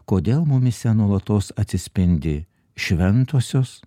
kodėl mumyse nuolatos atsispindi šventosios